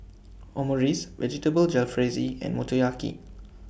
Omurice Vegetable Jalfrezi and Motoyaki